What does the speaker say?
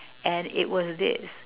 and it was this